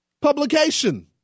publication